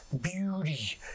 beauty